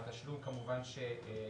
התשלום, כמובן כשיוחזר,